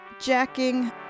Jacking